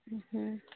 ହୁଁ ହୁଁ